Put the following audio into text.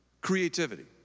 Creativity